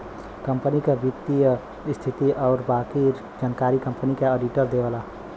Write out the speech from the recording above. company क वित्तीय स्थिति आउर बाकी जानकारी कंपनी क आडिटर देवला